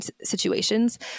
situations